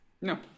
No